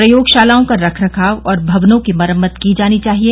प्रयोगशालाओं का रखरखाव और भवनों की मरम्मत की जानी चाहिए